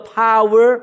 power